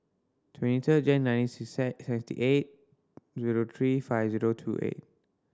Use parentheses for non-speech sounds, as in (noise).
twenty third Jane nine (unintelligible) sixty eight zero three five zero two eight